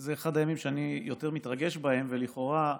זה אחד הימים שאני יותר מתרגש בהם, ולכאורה,